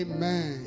Amen